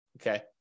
okay